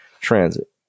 transit